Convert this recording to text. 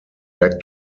back